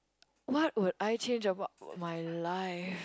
what would I change about my life